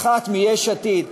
האחת מיש עתיד,